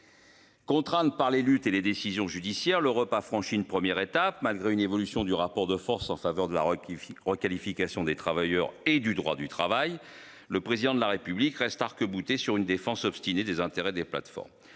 super. Par les luttes et les décisions judiciaires le repas franchi une première étape malgré une évolution du rapport de force en faveur de la requis requalification des travailleurs et du droit du travail. Le président de la République reste arc-bouté sur une défense obstinée des intérêts des plateformes